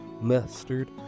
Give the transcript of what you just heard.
Mustard